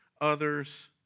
others